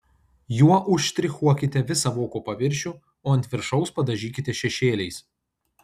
juo užštrichuokite visą voko paviršių o ant viršaus padažykite šešėliais